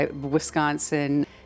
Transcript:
Wisconsin